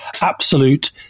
absolute